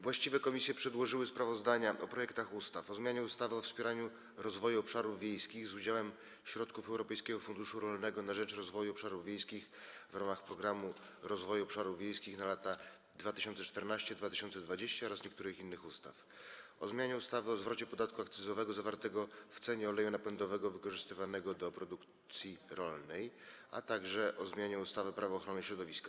Właściwe komisje przedłożyły sprawozdania o projektach ustaw: - o zmianie ustawy o wspieraniu rozwoju obszarów wiejskich z udziałem środków Europejskiego Funduszu Rolnego na rzecz Rozwoju Obszarów Wiejskich w ramach Programu Rozwoju Obszarów Wiejskich na lata 2014–2020 oraz niektórych innych ustaw, - o zmianie ustawy o zwrocie podatku akcyzowego zawartego w cenie oleju napędowego wykorzystywanego do produkcji rolnej, - o zmianie ustawy Prawo ochrony środowiska.